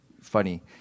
funny